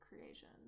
creation